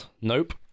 Nope